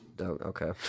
Okay